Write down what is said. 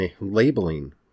labeling